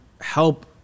help